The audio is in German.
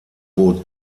boot